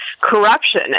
Corruption